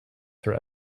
sir